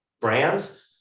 brands